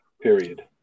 Period